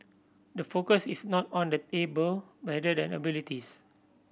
the focus is not on the able rather than the abilities